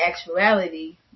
actuality